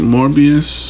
Morbius